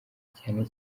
cyane